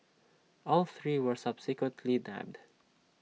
all three were subsequently nabbed